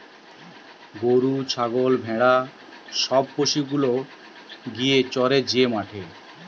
গরু ছাগল ভেড়া সব পশু গুলা গিয়ে চরে যে মাঠে